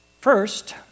first